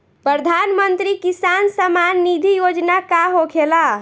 प्रधानमंत्री किसान सम्मान निधि योजना का होखेला?